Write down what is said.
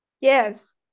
Yes